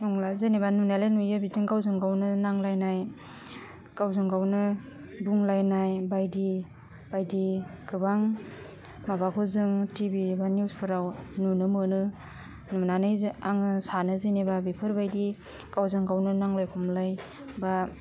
नंला जेनेबा नुनायालाय नुयो बिदिनो गावजों गावनो नांलायनाय गावजों गावनो बुंलायनाय बायदि बायदि गोबां माबाखौ जों टिभि एबा निउसफोराव नुनो मोनो नुनानै जो आङो सानो जेनेबा बेफोरबायदि गावजों गावनो नांलाय खमलाय बा